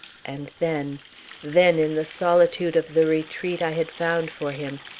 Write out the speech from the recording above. and then then, in the solitude of the retreat i had found for him,